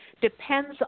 depends